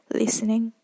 listening